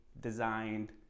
designed